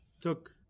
took